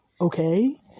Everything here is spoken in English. okay